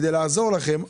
כדי לעזור לכם,